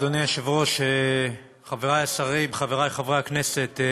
אדוני היושב-ראש, חבריי השרים, חבריי חברי הכנסת.